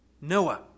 Noah